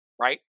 right